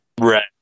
Right